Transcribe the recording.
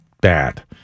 bad